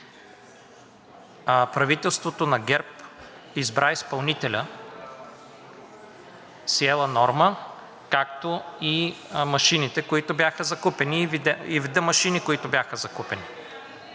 правителството на ГЕРБ избра изпълнителя – „Сиела Норма“, както и вида машини, които бяха закупени.